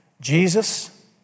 Jesus